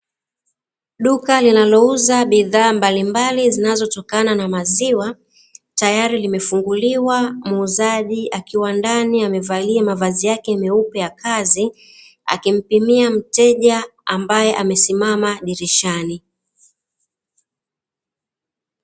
Duka linalouza bidhaa mbalimbali zinazotokana na maziwa tayari limefunguliwa, na muuzaji akiwa ndani amevalia mavazi yake meupe ya kazi, akimpimia mteja ambaye amesimama dirishani,